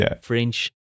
French